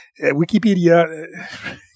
Wikipedia